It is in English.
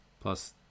plus